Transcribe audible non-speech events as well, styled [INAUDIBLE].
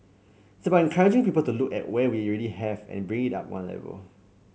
it's about encouraging people to look at what we [UNINTELLIGIBLE] have and bring it up one level